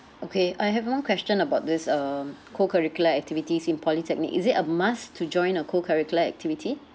okay I have one question about this um co curricular activities in polytechnic is it a must to join a co curricular activity